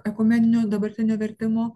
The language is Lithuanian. ekumeninio dabartinio vertimo